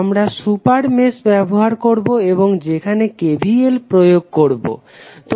আমরা super mesh ব্যবহার করবো এবং সেখানে KVL প্রয়োগ করবো